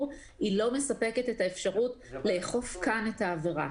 לא מספקת את האפשרות לאכוף כאן את העבירה.